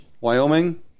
Wyoming